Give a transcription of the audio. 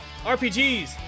RPGs